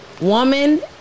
woman